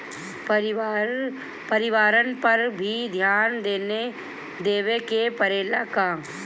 परिवारन पर भी ध्यान देवे के परेला का?